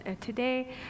today